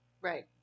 Right